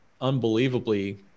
unbelievably